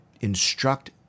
instruct